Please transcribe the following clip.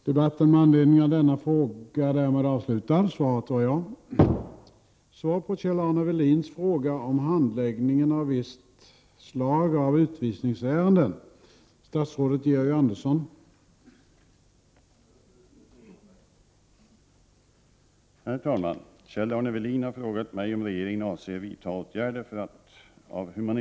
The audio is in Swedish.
Herr talman! Kjell-Arne Welin har frågat mig om regeringen avser att vidta åtgärder för att av humanitära skäl undvika vissa typer av utvisningsbeslut. Som exempel har han nämnt två ärenden som varit eller är föremål för Prot.